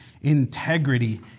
Integrity